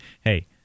Hey